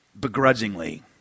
begrudgingly